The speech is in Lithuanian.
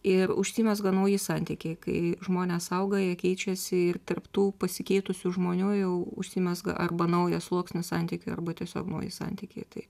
ir užsimezga nauji santykiai kai žmonės auga jie keičiasi ir tarp tų pasikeitusių žmonių jau užsimezga arba naujas sluoksnis santykių arba tiesiog nauji santykiai tai